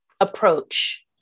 approach